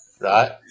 right